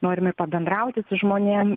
norim ir pabendrauti su žmonėm